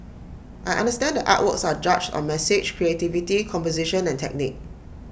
I understand that artworks are judged on message creativity composition and technique